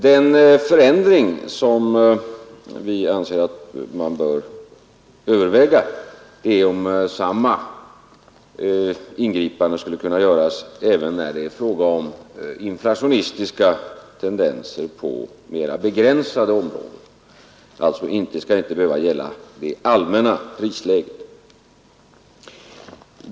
Den förändring som vi anser att man bör överväga är om samma ingripande skulle kunna göras även när det är fråga om inflationistiska tendenser på mera begränsade områden — det skall alltså inte behöva gälla det allmänna prisläget.